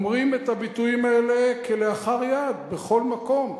אומרים את הביטויים האלה כלאחר יד, בכל מקום,